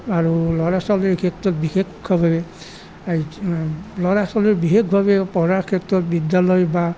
আৰু ল'ৰা ছোৱালীৰ ক্ষেত্ৰত বিশেষভাৱে ল'ৰা ছোৱালীৰ বিশেষভাৱে পঢ়াৰ ক্ষেত্ৰত বিদ্য়ালয় বা